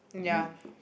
ya